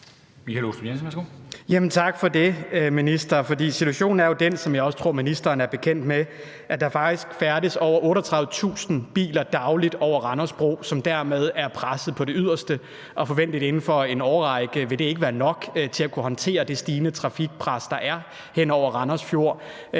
Tak for det, minister. Situationen er jo den, hvad jeg også tror ministeren er bekendt med, at der faktisk færdes over 38.000 biler dagligt over Randers Bro, som dermed er presset til det yderste, og det vil forventeligt inden for en årrække ikke være nok til at kunne håndtere det stigende trafikpres, der er hen over Randers Fjord.